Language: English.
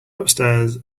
upstairs